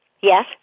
Yes